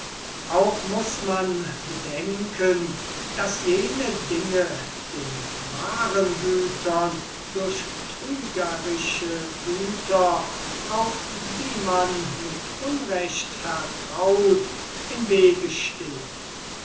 auch muß man bedenken daß jene dinge den wahren gütern durch trügerische güter auf die man mit unrecht vertraut im wege stehen